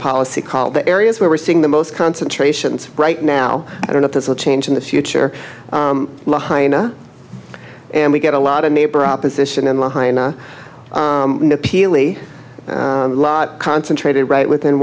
policy call the areas where we're seeing the most concentrations right now i don't know if this will change in the future hina and we get a lot of neighbor opposition in the hina pili lot concentrated right within